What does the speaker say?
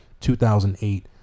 2008